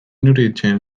iruditzen